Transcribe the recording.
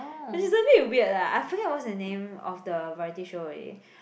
which is a bit weird lah I forget what is the name of the variety show already